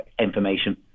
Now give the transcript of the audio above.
information